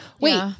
wait